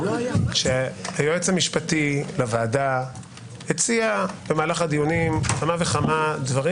היועץ המשפטי לוועדה הציע במהלך הדיונים כמה וכמה דברים,